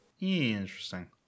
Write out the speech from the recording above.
interesting